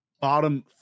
bottom